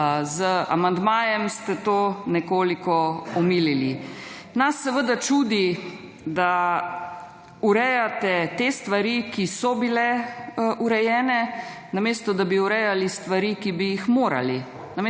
Z amandmajem ste to nekoliko omilili. Nas seveda čudi, da urejate te stvari, ki so bile urejene, namesto da bi urejali stvari, ki bi jih morali.